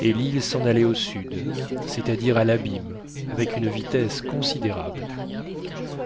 et l'île s'en allait au sud c'est-à-dire à l'abîme avec une vitesse considérable